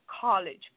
college